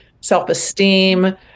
self-esteem